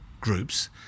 groups